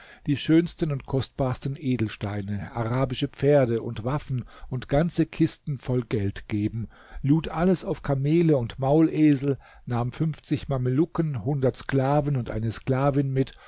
die schönsten und kostbarsten edelsteine arabische pferde und waffen und ganze kisten voll geld geben lud alles auf kamele und maulesel nahm fünfzig mamelucken hundert sklaven und eine sklavin mit